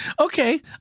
Okay